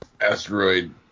asteroid